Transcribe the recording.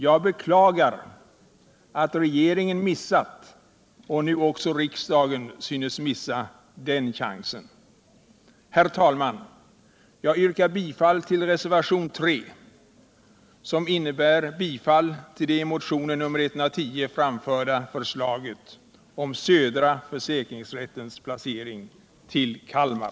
Jag beklagar att regeringen missade och att nu också riksdagen synes missa den chansen. Herr talman! Jag yrkar bifall till reservationen 3, som innebär ett bifall till det i motionen 110 framförda förslaget om södra försäkringsrättens placering i Kalmar.